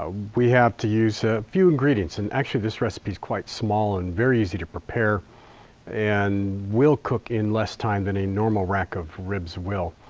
ah we have to use a few ingredients. and actually this recipe is quite small and very easy to prepare and will cook in less time than a normal rack of ribs will,